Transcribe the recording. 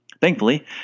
Thankfully